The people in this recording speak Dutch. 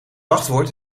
wachtwoord